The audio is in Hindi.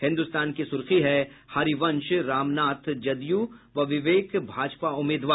हिन्दुस्तान की सुर्खी है हरिवंश रामनाथ जदयू व विवेक भाजपा उम्मीदवार